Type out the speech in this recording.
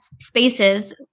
spaces